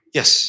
Yes